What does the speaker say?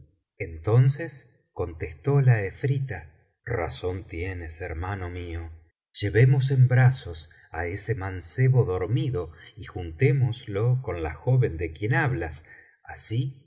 entonces contestó la efrita razón tienes hermano mío llevemos en brazos á ese mancebo dormido y untémoslo con la joven de quien hablas así